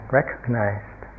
recognized